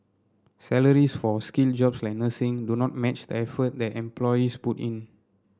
salaries for skilled jobs like nursing do not match the effort that employees put in